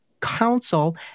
council